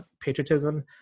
patriotism